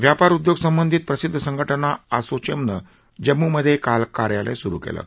व्यापार उद्योग संबंधित प्रसिद्ध संघटना असोचर्क्रिं जम्मूमधक्रिल कार्यालय सुरु क्लि